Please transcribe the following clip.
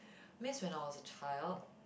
means when I was a child